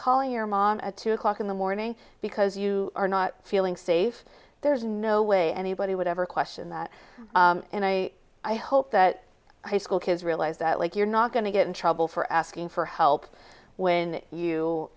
calling your mom at two o'clock in the morning because you are not feeling safe there's no way anybody would ever question that and i i hope that high school kids realize that like you're not going to get in trouble for asking for help when you